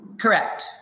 Correct